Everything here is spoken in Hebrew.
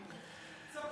ספרו.